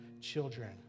children